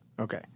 Okay